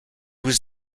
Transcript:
was